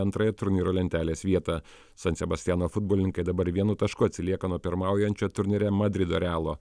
antrąją turnyro lentelės vietą san sebastiano futbolininkai dabar vienu tašku atsilieka nuo pirmaujančio turnyre madrido realo